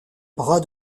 bras